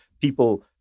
people